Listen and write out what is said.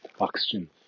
oxygen